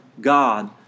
God